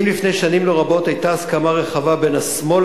אם לפני שנים לא רבות היתה הסכמה רחבה בין השמאל